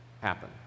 happen